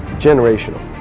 generational